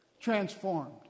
transformed